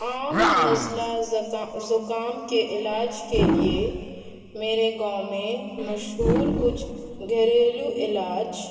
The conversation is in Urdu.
عام نزلہ زکام کے علاج کے لیے میرے گاؤں میں مشہور کچھ گھریلو علاج